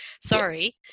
sorry